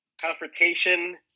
confrontation